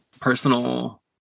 personal